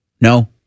No